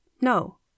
no